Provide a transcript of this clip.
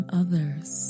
others